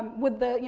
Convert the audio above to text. with the, you